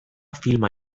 filma